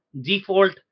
default